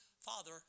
Father